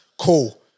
Cool